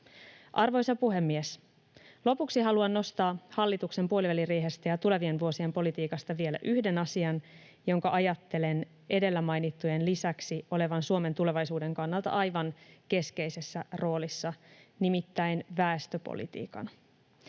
Arvoisa puhemies! Lopuksi haluan nostaa hallituksen puoliväliriihestä ja tulevien vuosien politiikasta vielä yhden asian, jonka ajattelen edellä mainittujen lisäksi olevan Suomen tulevaisuuden kannalta aivan keskeisessä roolissa, nimittäin väestöpolitiikan.